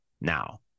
Now